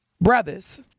Brothers